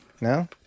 no